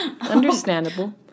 Understandable